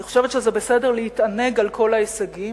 אני חושבת שזה בסדר להתענג על כל ההישגים,